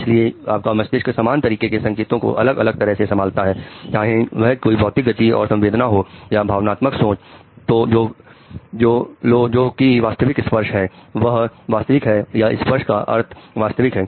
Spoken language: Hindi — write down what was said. इसलिए आपका मस्तिष्क समान तरीके के संकेतों को अलग अलग तरह से संभालता है चाहे वह कोई भौतिक गति और संवेदना हो या एक भावनात्मक सोच लो जो कि वास्तविक स्पर्श है वह वास्तविक है या स्पर्श का अर्थ वास्तविक है